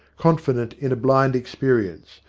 confident in a blind experience,